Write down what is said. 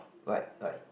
right right